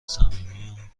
صمیمی